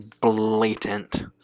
blatant